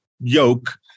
yoke